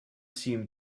seemed